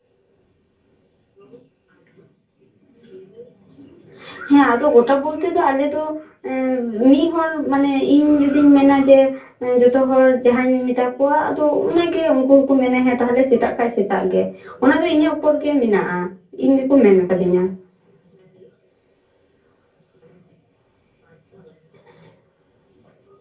ᱦᱮᱸ ᱟᱫᱚ ᱜᱚᱴᱟ ᱵᱚᱞᱛᱮ ᱟᱞᱮ ᱫᱚ ᱢᱤᱫ ᱦᱚᱲ ᱤᱧ ᱡᱩᱫᱤᱧ ᱢᱮᱱᱟ ᱡᱮ ᱡᱚᱛᱚ ᱦᱚᱲ ᱡᱟᱦᱟᱧ ᱢᱮᱛᱟ ᱠᱚᱣᱟ ᱟᱫᱚ ᱚᱱᱟ ᱜᱮ ᱩᱱᱠᱩ ᱦᱚᱸᱠᱚ ᱢᱮᱱᱟ ᱦᱮᱸ ᱛᱟᱦᱞᱮ ᱥᱮᱛᱟᱜ ᱠᱷᱟᱱ ᱥᱮᱛᱟᱜ ᱜᱮ ᱚᱱᱟ ᱫᱚ ᱤᱧᱟᱹᱜ ᱩᱯᱚᱨ ᱨᱮᱜᱮ ᱢᱮᱱᱟᱜᱼᱟ ᱤᱧ ᱜᱮᱠᱚ ᱢᱮᱱ ᱠᱟᱹᱫᱤᱧᱟ